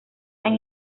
han